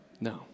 No